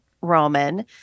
Roman